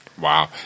Wow